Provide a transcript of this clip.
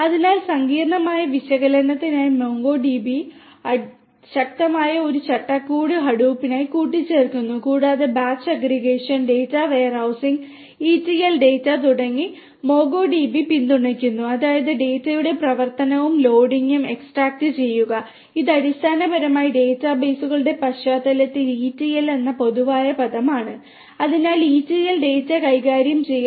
അതിനാൽ സങ്കീർണ്ണമായ വിശകലനത്തിനായി മംഗോഡിബിയിലേക്ക് ശക്തമായ ഒരു ചട്ടക്കൂടായി ഹഡൂപ്പ് കൂട്ടിച്ചേർക്കുന്നു കൂടാതെ batch aggregation data warehousing ETL data തുടങ്ങിയ മോംഗോഡിബി പിന്തുണയ്ക്കുന്നു അതായത് ഡാറ്റയുടെ പരിവർത്തനവും ലോഡും എക്സ്ട്രാക്റ്റുചെയ്യുക ഇത് അടിസ്ഥാനപരമായി ഡാറ്റാബേസുകളുടെ പശ്ചാത്തലത്തിൽ ETL എന്ന പൊതുവായ പദമാണ് അതിനാൽ ETL ഡാറ്റ കൈകാര്യം ചെയ്യൽ